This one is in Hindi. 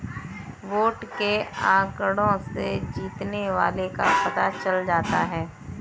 वोट के आंकड़ों से जीतने वाले का पता चल जाता है